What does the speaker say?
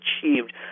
achieved